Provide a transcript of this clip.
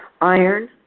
iron